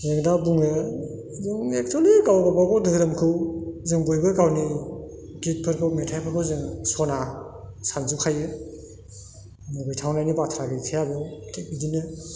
जों दा बुङो जों एक्सुवेलि गावबागाव धोरोमखौ जों बयबो गावनि गितफोरखौ मेथाइफोरखौ जोङो सना सानजोबखायो मुगैथावनायनि बाथ्रा गैखाया बेव थिग बिदिनो